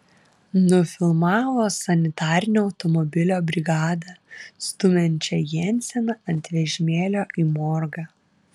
nufilmavo sanitarinio automobilio brigadą stumiančią jenseną ant vežimėlio į morgą